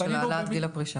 בהעלאת גיל הפרישה.